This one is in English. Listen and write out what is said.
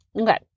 Okay